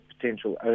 potential